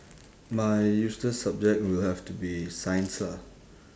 my useless subject will have to be science lah